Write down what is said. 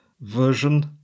version